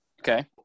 Okay